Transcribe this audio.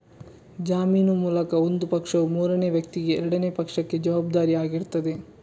ಜಾಮೀನು ಮೂಲಕ ಒಂದು ಪಕ್ಷವು ಮೂರನೇ ವ್ಯಕ್ತಿಗೆ ಎರಡನೇ ಪಕ್ಷಕ್ಕೆ ಜವಾಬ್ದಾರಿ ಆಗಿರ್ತದೆ